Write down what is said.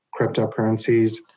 cryptocurrencies